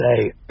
say